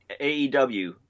AEW